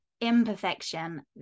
imperfection